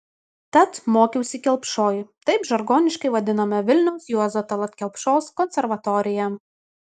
tad mokiausi kelpšoj taip žargoniškai vadinome vilniaus juozo tallat kelpšos konservatoriją